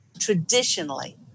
Traditionally